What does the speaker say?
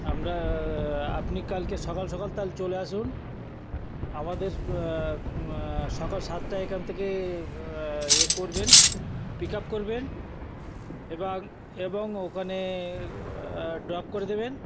আমরা আপনি কালকে সকাল সকাল তাহলে চলে আসুন আমাদের সকাল সাতটায় এখান থেকে এ করবেন পিক আপ করবেন এবং এবং ওখানে ড্রপ করে দেবেন